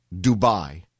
Dubai